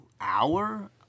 hour